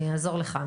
אני אעזור לך.